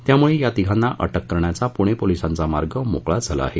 यामुळे या तिघांना अटक करण्याचा पुणे पोलिसांचा मार्ग मोकळा झाला आहे